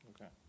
Okay